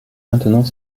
maintenant